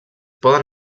poden